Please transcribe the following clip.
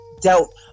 dealt